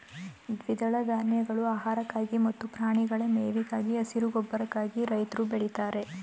ದ್ವಿದಳ ಧಾನ್ಯಗಳು ಆಹಾರಕ್ಕಾಗಿ ಮತ್ತು ಪ್ರಾಣಿಗಳ ಮೇವಿಗಾಗಿ, ಹಸಿರು ಗೊಬ್ಬರಕ್ಕಾಗಿ ರೈತ್ರು ಬೆಳಿತಾರೆ